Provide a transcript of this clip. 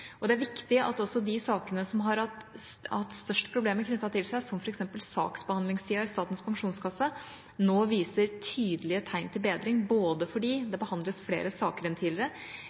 fortløpende. Det er viktig at også de sakene som har hatt størst problemer knyttet til seg, som f.eks. saksbehandlingstida i Statens pensjonskasse, nå viser tydelige tegn til bedring, både fordi det behandles flere saker enn tidligere,